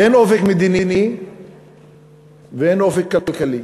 אין אופק מדיני ואין אופק כלכלי.